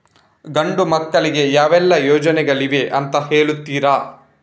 ಗಂಡು ಮಕ್ಕಳಿಗೆ ಯಾವೆಲ್ಲಾ ಯೋಜನೆಗಳಿವೆ ಅಂತ ಹೇಳ್ತೀರಾ?